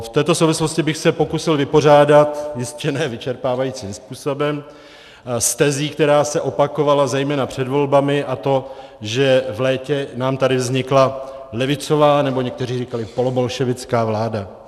V této souvislosti bych se pokusil vypořádat, jistě ne vyčerpávajícím způsobem, s tezí, která se opakovala zejména před volbami, a to že v létě nám tady vznikla levicová, nebo někteří říkali polobolševická, vláda.